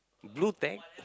Blu-Tack